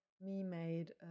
me-made